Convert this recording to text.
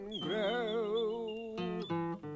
grow